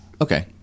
Okay